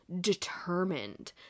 determined